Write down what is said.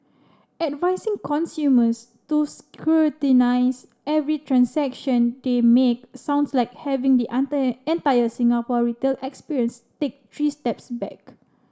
advising consumers to scrutinise every transaction they make sounds like having the entire Singapore retail experience take three steps back